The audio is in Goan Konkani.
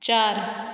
चार